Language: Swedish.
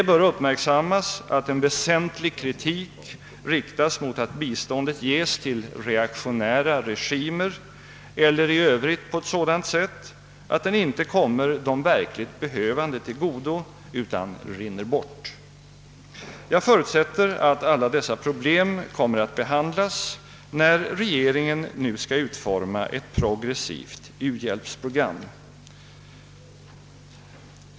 Det bör uppmärksammas att en väsentlig kritik riktas mot att bistånd ges till reaktionära regimer eller i övrigt på sådant sätt, att det inte kommer de verkligt behövande till godo utan rinner bort. Jag förutsätter att alla dessa problem kommer att behandlas när regeringen nu skall utforma ett progressivt u-hjälpsprogram.